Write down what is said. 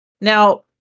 Now